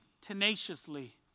tenaciously